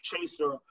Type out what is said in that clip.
Chaser